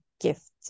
gift